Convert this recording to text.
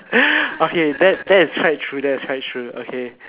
okay that that is quite true that is quite true okay